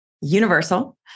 universal